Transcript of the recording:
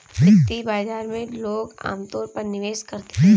वित्तीय बाजार में लोग अमतौर पर निवेश करते हैं